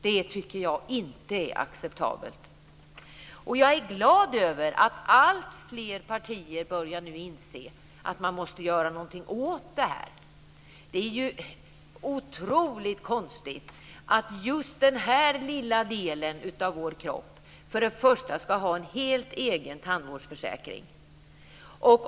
Det tycker jag inte är acceptabelt. Jag är glad över att alltfler partier nu börjar inse att man måste göra något åt detta. Först och främst är det otroligt konstigt att just den här lilla delen av vår kropp ska ha en helt egen försäkring, tandvårdsförsäkringen.